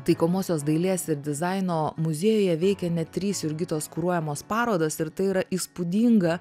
taikomosios dailės ir dizaino muziejuje veikia net trys jurgitos kuruojamos parodos ir tai yra įspūdinga